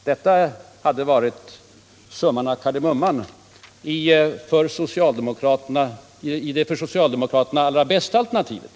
Detta hade varit summan av kardemumman enligt en för socialdemokraterna mycket välvillig tolkning.